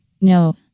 No